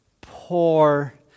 poor